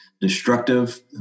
destructive